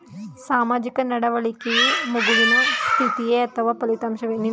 ಸಾಮಾಜಿಕ ನಡವಳಿಕೆಯು ಮಗುವಿನ ಸ್ಥಿತಿಯೇ ಅಥವಾ ಫಲಿತಾಂಶವೇ?